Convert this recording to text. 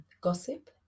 gossip